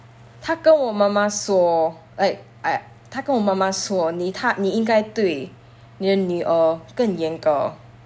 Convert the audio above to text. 她跟我妈妈说 like I 她跟我妈妈说你她你应该对你的女儿更严格